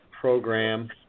Program